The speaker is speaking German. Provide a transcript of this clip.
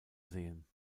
sehen